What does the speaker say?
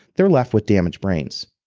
they are left with damaged brains.